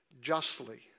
justly